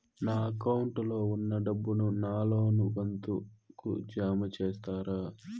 నా అకౌంట్ లో ఉన్న డబ్బును నా లోను కంతు కు జామ చేస్తారా?